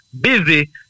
busy